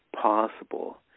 possible